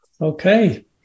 Okay